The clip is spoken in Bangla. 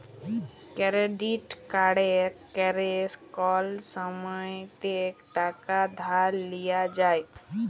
কেরডিট কাড়ে ক্যরে কল সময়তে টাকা ধার লিয়া যায়